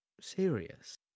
serious